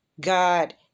God